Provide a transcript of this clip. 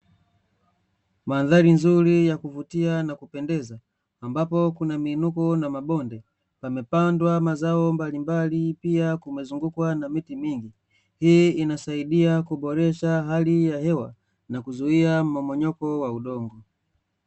Mandhari nzuri ya kuvutia na kupendeza ambapo kuna miinuko na mabonde yamepandwa mazao mbalimbali, pia kumezungukwa na miti mingi. Hii inasaidia kuboresha hali ya hewa na kuzuia mmomonyoko wa udongo.